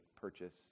purchase